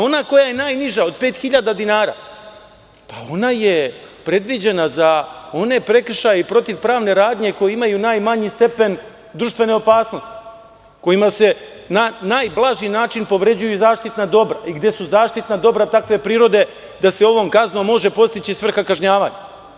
Ona koja je najniža, od 5.000 dinara, ona je predviđena za one prekršaje i protivpravne radnje koje imaju najmanji stepen društvene opasnosti, kojima se na najblaži način povređuju zaštitna dobra i gde su zaštitna dobra takve prirode da se ovom kaznom može postići svrha kažnjavanja.